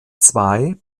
zwei